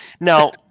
Now